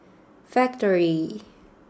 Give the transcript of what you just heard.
Factorie